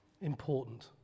important